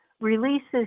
releases